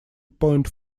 point